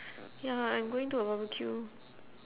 ya I'm going to a barbecue